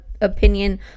Opinion